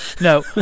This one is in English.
no